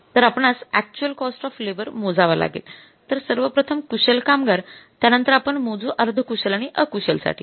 तर आपणास actual cost of labour मोजावा लागेल तर सर्वप्रथम कुशल कामगार त्यानंतर आपण मोजू अर्धकुशल आणि अकुशल साठी